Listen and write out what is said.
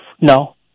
No